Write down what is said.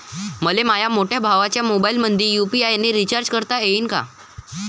मले माह्या मोठ्या भावाच्या मोबाईलमंदी यू.पी.आय न रिचार्ज करता येईन का?